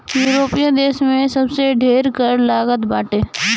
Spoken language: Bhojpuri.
यूरोपीय देस में सबसे ढेर कर लागत बाटे